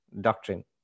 doctrine